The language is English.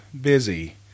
busy